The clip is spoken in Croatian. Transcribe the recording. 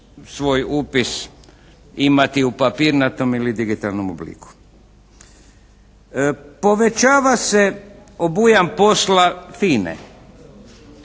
svoj upis imati u papirnatom ili digitalnom obliku. Povećava se obujam poslova